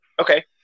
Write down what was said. Okay